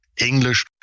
English